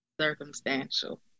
circumstantial